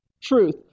truth